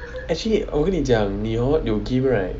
actually 我跟你讲你 hor 你有 game right